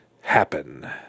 happen